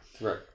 Right